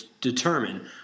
determine